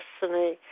destiny